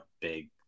big